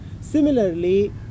Similarly